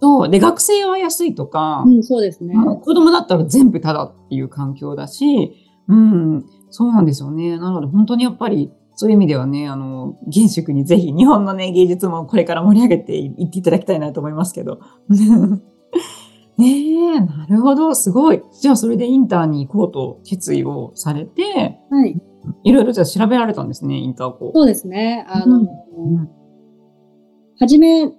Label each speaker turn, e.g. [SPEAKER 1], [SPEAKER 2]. [SPEAKER 1] そう。で、学生は安いとか、
[SPEAKER 2] うん、そうですね。
[SPEAKER 1] まあ、子供だったら全部タダっていう環境だし、うん、そうなんですよね。なので本当にやっぱり、そういう意味ではね、あの、原宿にぜひ日本のね、芸術もこれから盛り上げていっていただきたいなと思いますけど。 ねえ、なるほど、すごい。じゃあそれでインターに行こうと決意をされて、
[SPEAKER 2] はい。
[SPEAKER 1] いろいろじゃあ調べられたんですね、インターコー。
[SPEAKER 2] そうですね。あの、
[SPEAKER 1] うん。うん。
[SPEAKER 2] はじめ